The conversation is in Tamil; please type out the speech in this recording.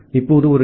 இப்போது ஒரு டி